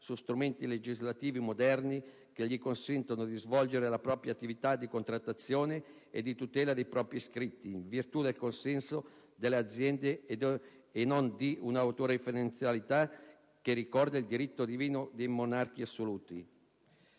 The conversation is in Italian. su strumenti legislativi moderni che consentano loro di svolgere la propria attività di contrattazione e di tutela dei propri iscritti in virtù del consenso nelle aziende, e non di un'autoreferenzialità che ricorda il diritto divino dei monarchi assoluti.